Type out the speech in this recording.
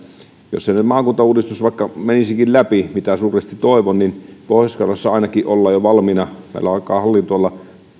jos se maakuntauudistus vaikka menisikin läpi mitä suuresti toivon niin pohjois karjalassa ainakin ollaan jo valmiina meillä alkaa hallinto olla